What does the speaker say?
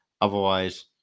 Otherwise